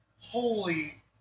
holy